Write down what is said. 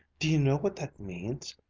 do you know what that means?